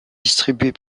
distribuée